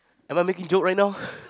am I making joke right now